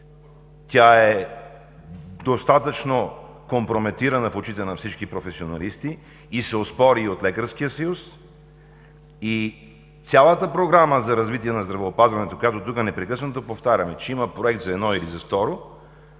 Тя е достатъчно компрометирана в очите на всички професионалисти, оспори се и от Лекарския съюз. Цялата Програма за развитие на здравеопазването, за която непрекъснато повтаряме, че има проект за едно или за второ,